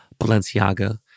balenciaga